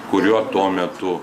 kuriuo tuo metu